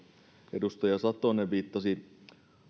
edustaja satonen viittasi